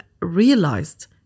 realized